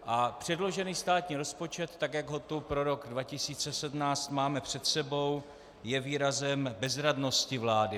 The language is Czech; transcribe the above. A předložený státní rozpočet, tak jak ho tu pro rok 2017 máme před sebou, je výrazem bezradnosti vlády.